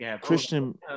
Christian